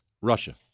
Russia